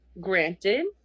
granted